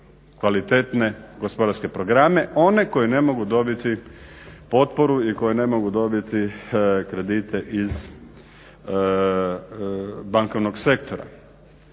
kvalitetne gospodarske programe, one koji ne mogu dobiti potporu i koji ne mogu dobiti kredite iz bankovnog sektora.